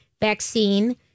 vaccine